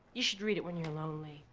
you should read it when you're lonely.